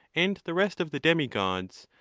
and the rest of the demi-gods,